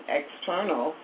external